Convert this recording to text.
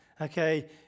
okay